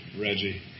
Reggie